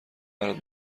برات